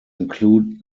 include